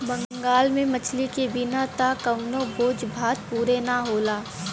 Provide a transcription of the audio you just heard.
बंगाल में मछरी के बिना त कवनो भोज भात पुरे ना होला